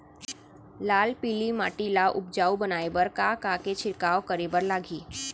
लाल पीली माटी ला उपजाऊ बनाए बर का का के छिड़काव करे बर लागही?